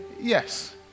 Yes